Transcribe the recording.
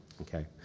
Okay